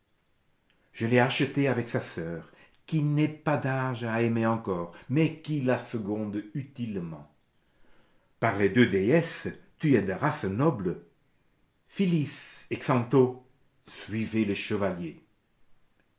je l'ai achetée avec sa soeur qui n'est pas d'âge à aimer encore mais qui la seconde utilement par les deux déesses tu es de race noble phyllis et xanthô suivez le chevalier